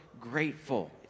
grateful